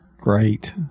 Great